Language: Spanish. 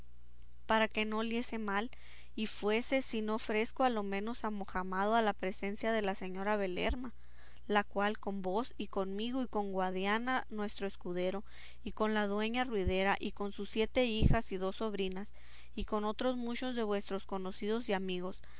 corazón porque no oliese mal y fuese si no fresco a lo menos amojamado a la presencia de la señora belerma la cual con vos y conmigo y con guadiana vuestro escudero y con la dueña ruidera y sus siete hijas y dos sobrinas y con otros muchos de vuestros conocidos y amigos